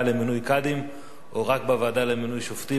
למינוי קאדים או רק בוועדה למינוי שופטים,